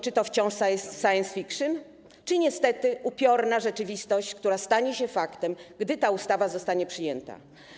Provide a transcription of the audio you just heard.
Czy to wciąż science fiction, czy niestety upiorna rzeczywistość, która stanie się faktem, gdy ta ustawa zostanie przyjęta?